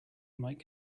might